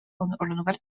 оронугар